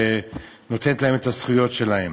ונותנת להם את הזכויות שלהם.